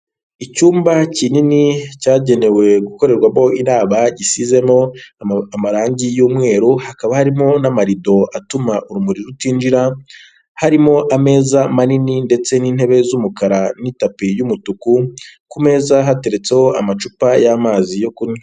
Icyumba kinini, cyagenewe gukorerwamo inama, gisizemo amarangi y'umweru, hakaba harimo n'amarido atuma urumuri rutinjira, harimo ameza manini ndetse n'intebe z'umukara n'itapi y'umutuku, ku meza hateretseho amacupa y'amazi yo kunywa.